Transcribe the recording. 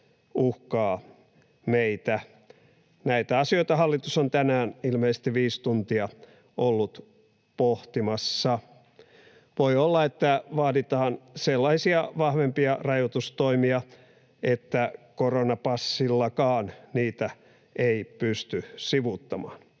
uhkaa meitä. Näitä asioita hallitus on tänään ilmeisesti viisi tuntia ollut pohtimassa. Voi olla, että vaaditaan sellaisia vahvempia rajoitustoimia, että koronapassillakaan niitä ei pysty sivuuttamaan.